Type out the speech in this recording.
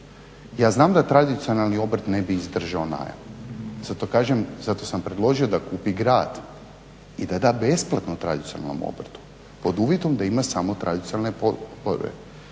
Ja znam da tradicionalni obrt ne bi izdržao najam, zato kažem, zato sam predložio da kupi grad i da da besplatno tradicionalnom obrtu pod uvjetom da ima samo tradicionalne …